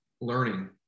learning